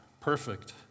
perfect